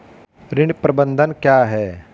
ऋण प्रबंधन क्या है?